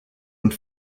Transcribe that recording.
und